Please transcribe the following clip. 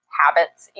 habits